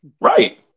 Right